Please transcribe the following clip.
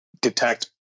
detect